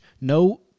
No